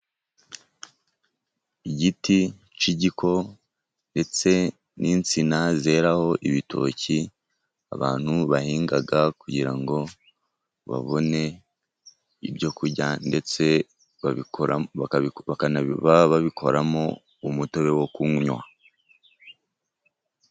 Igiti cy'igiko, ndetse n'insina zeraho ibitoki, abantu bahinga kugira ngo babone ibyo kurya, ndetse baba babikoramo umutobe wo kunywa.